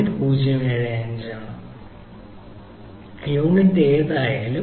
075 അതിനാൽ ഇത് INR അല്ലെങ്കിൽ എന്തോ ആണ് യൂണിറ്റ് എന്തായാലും